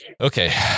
Okay